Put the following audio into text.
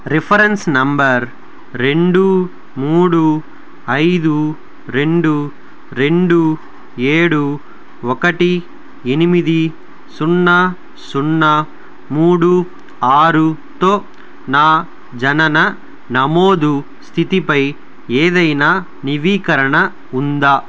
reference number రెండు మూడు ఐదు రెండు రెండు ఏడు ఒకటి ఎనిమిది సున్నా సున్నా మూడు ఆరుతో నా జనన నమోదు స్థితిపై ఏదైనా నవీకరణ ఉందా